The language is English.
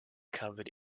covered